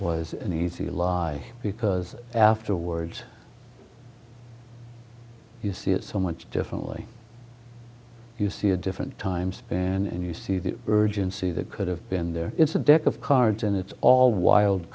was an easy lie because afterwards you see it so much differently you see a different times and you see the urgency that could have been there it's a deck of cards and it's all wild